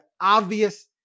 obvious